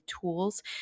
tools